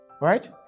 Right